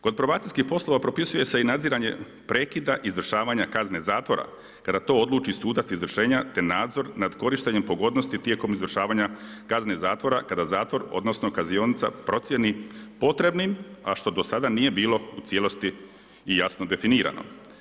Kod probacijskih poslova propisuje se i nadziranje prekida izvršavanja kazne zatvora kada to odluči sudac izvršenja te nadzor nad korištenjem pogodnosti tijekom izvršavanja kazne zatvora kada zatvor, odnosno kaznionica procijeni potrebnim, a što do sada nije bilo u cijelosti i jasno definirano.